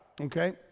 okay